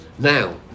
Now